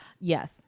Yes